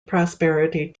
prosperity